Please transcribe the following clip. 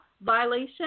violation